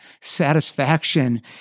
satisfaction